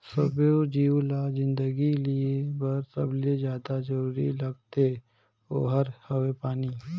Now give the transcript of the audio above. सब्बो जीव ल जिनगी जिए बर सबले जादा जरूरी लागथे ओहार हवे पानी